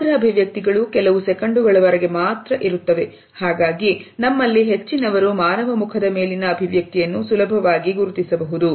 ಸಮಗ್ರ ಅಭಿವ್ಯಕ್ತಿಗಳು ಕೆಲವು ಸೆಕೆಂಡುಗಳವರೆಗೆ ಮಾತ್ರ ಇರುತ್ತವೆ ಹಾಗಾಗಿ ನಮ್ಮಲ್ಲಿ ಹೆಚ್ಚಿನವರು ಮಾನವ ಮುಖದ ಮೇಲಿನ ಅಭಿವ್ಯಕ್ತಿಯನ್ನು ಸುಲಭವಾಗಿ ಗುರುತಿಸಬಹುದು